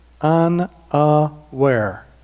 unaware